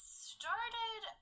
started